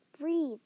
breathe